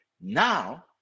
now